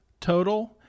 total